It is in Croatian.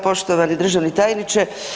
Poštovani državni tajniče.